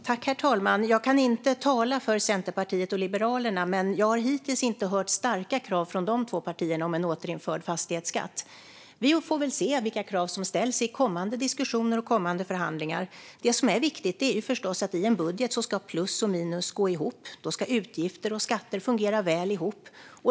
Herr talman! Jag kan inte tala för Centerpartiet och Liberalerna. Men jag har hittills inte hört starka krav från de två partierna om en återinförd fastighetsskatt. Vi får väl se vilka krav som ställs i kommande diskussioner och förhandlingar. Det som är viktigt i en budget är förstås att plus och minus ska gå ihop. Utgifter och skatter ska fungera väl ihop.